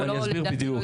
הוא לדעתי,